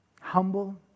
humble